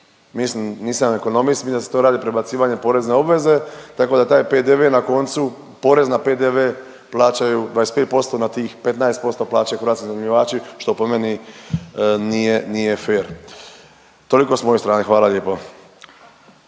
Mislim nisam ekonomist, mislim da se to radi prebacivanjem porezne obveze tako da taj PDV na koncu, porez na PDV plaćaju 25% na tih 15% plaćaju hrvatski iznajmljivači, što po meni nije, nije fer. Toliko s moje strane, hvala lijepo.